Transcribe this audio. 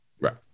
Right